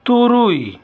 ᱛᱩᱨᱩᱭ